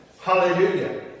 Hallelujah